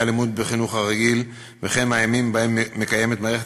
הלימוד בחינוך הרגיל וכן מהימים שבהם מקיימת מערכת